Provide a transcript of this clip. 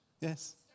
Yes